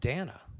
Dana